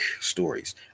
stories